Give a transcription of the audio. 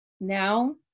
now